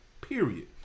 period